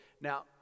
Now